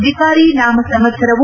ವಿಕಾರಿ ನಾಮ ಸಂವತ್ಸರವು